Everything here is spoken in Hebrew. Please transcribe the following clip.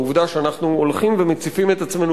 העובדה שאנחנו הולכים ומציפים את עצמנו